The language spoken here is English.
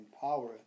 power